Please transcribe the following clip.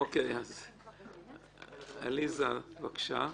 עליזה, בבקשה.